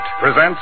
presents